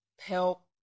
help